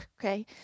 okay